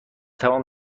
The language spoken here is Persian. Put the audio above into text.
تمام